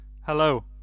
Hello